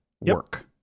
work